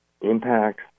impact